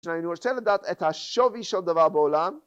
ואני רוצה לדעת את השווי של דבר בעולם